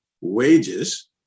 wages